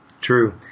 true